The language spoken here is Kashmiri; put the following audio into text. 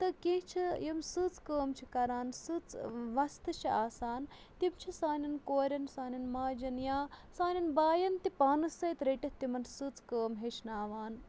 تہٕ کیٚنٛہہ چھِ یِم سٕژ کٲم چھِ کَران سٕژ وستہٕ چھِ آسان تِم چھِ سانٮ۪ن کورٮ۪ن سانٮ۪ن ماجَن یا سانٮ۪ن بایَن تہِ پانَس سۭتۍ رٔٹِتھ تِمَن سٕژ کٲم ہیٚچھناوان